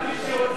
גם מי שרוצה,